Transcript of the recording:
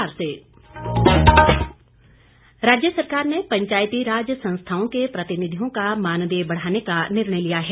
मंत्रिमंडल राज्य सरकार ने पंचायती राज संस्थाओं के प्रतिनिधियों का मानदेय बढ़ाने का निर्णय लिया है